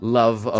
love